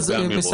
הבנתי.